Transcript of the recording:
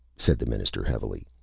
said the minister heavily,